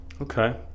Okay